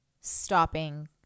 stopping